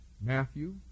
Matthew